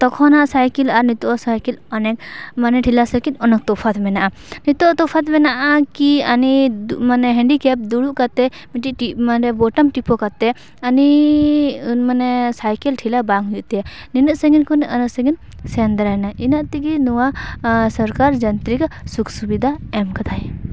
ᱛᱚᱠᱷᱚᱱᱟᱜ cycle ᱟᱨ ᱱᱤᱛᱟᱹᱜ ᱟᱜ ᱥᱟᱭᱠᱮᱞ ᱚᱱᱮᱠ ᱢᱟᱱᱮ ᱴᱷᱮᱞᱟ ᱥᱟᱭᱠᱮᱞ ᱚᱱᱮᱠ ᱛᱚᱯᱷᱟᱛ ᱢᱮᱱᱟᱜᱼᱟ ᱱᱤᱛᱟᱹᱜ ᱛᱚᱯᱷᱟᱛ ᱢᱮᱱᱟᱜᱼᱟ ᱠᱤ ᱟᱱᱤ ᱛᱚ ᱢᱟᱱᱮ ᱦᱮᱱᱰᱤᱠᱮᱯ ᱫᱩᱲᱩᱵ ᱠᱟᱛᱮ ᱢᱤᱫᱴᱤᱡ ᱢᱟᱱᱮ ᱵᱩᱛᱟᱢ ᱴᱤᱯᱟᱹ ᱠᱟᱛᱮ ᱟᱱᱤ ᱢᱟᱱᱮ ᱥᱟᱭᱠᱮᱞ ᱴᱷᱮᱞᱟ ᱵᱟᱝ ᱦᱩᱭᱩᱜ ᱛᱟᱭᱟ ᱱᱤᱱᱟᱹᱜ ᱥᱟᱸᱜᱤᱧ ᱠᱷᱚᱱ ᱤᱱᱟᱹᱜ ᱥᱟ ᱜᱤᱧ ᱥᱮᱱ ᱫᱟᱲᱮᱱᱟ ᱤᱱᱟᱹᱜ ᱛᱮᱜᱮ ᱱᱚᱣᱟ ᱥᱚᱨᱠᱟᱨ ᱡᱟᱱᱛᱨᱤᱠ ᱥᱩᱠ ᱥᱩᱵᱤᱫᱟ ᱮᱢ ᱠᱟᱫᱟᱭ